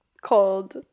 called